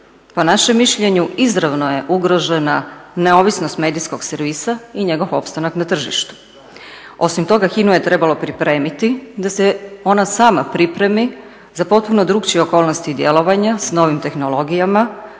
po našem mišljenju izravno je ugrožena neovisnost medijskog servisa i njegov opstanak na tržištu. Osim toga HINA-u je trebalo pripremiti da se ona sama pripremi za potpuno drugačije okolnosti i djelovanja s novim tehnologijama,